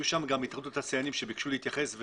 גם התאחדות התעשיינים ביקשה להתייחס,